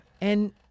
And-